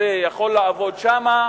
זה יכול לעבוד שם,